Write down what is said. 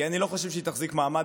כי אני לא חושב שהיא תחזיק מעמד,